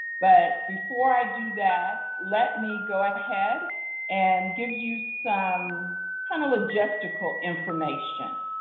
but before i do that, let me go ahead and give you some kind of logistical information.